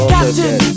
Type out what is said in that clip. Captain